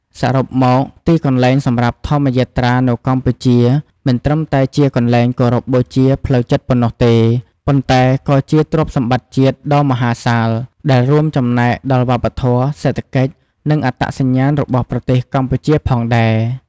សរុបមក ទីកន្លែងសម្រាប់ធម្មយាត្រានៅកម្ពុជាមិនត្រឹមតែជាកន្លែងគោរពបូជាផ្លូវចិត្តប៉ុណ្ណោះទេ ប៉ុន្តែក៏ជា ទ្រព្យសម្បត្តិជាតិដ៏មហាសាល ដែលរួមចំណែកដល់វប្បធម៌ សេដ្ឋកិច្ច និងអត្តសញ្ញាណរបស់ប្រទេសកម្ពុជាផងដែរ។